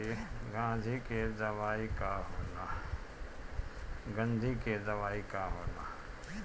गंधी के दवाई का होला?